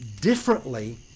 differently